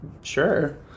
sure